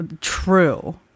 True